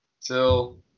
till